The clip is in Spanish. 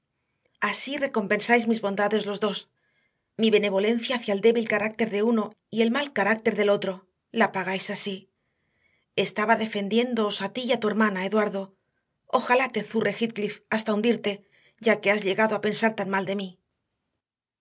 así recompensáis mis bondades los dos mi benevolencia hacia el débil carácter de uno y el mal carácter del otro la pagáis así estaba defendiéndoos a ti y a tu hermana eduardo ojalá te zurre heathcliff hasta hundirte ya que has llegado a pensar tan mal de mí